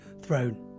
throne